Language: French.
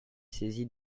saisi